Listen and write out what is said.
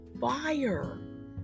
fire